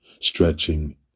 stretching